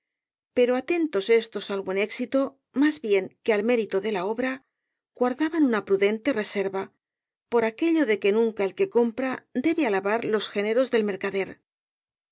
pero atentos éstos al buen éxito más bien que al mérito de la obra guardaban una prudente reserva por aquello de que nunca el que compra debe alabar los géneros del mercader lo